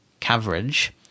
coverage